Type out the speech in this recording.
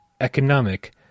economic